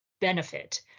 benefit